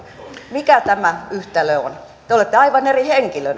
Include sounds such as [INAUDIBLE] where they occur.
mikä tämä yhtälö on te te olette aivan eri henkilö [UNINTELLIGIBLE]